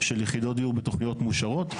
של יחידות דיור בתוכניות מאושרות.